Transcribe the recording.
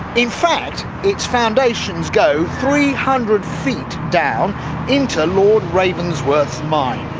in fact, its foundations go three hundred feet down into lord ravensworth's mine.